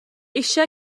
eisiau